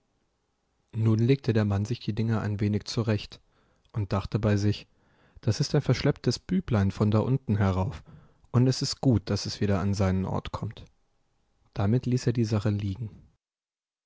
nun legte der mann sich die dinge ein wenig zurecht und dachte bei sich das ist ein verschlepptes büblein von da unten herauf und es ist gut daß es wieder an seinen ort kommt damit ließ er die sache liegen